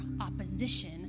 opposition